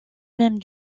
même